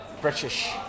British